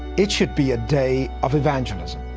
it should be a day of evangelism,